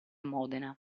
modena